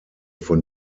von